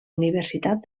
universitat